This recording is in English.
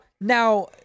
now